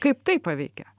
kaip tai paveikia